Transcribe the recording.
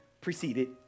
preceded